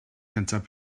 cyntaf